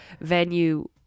venue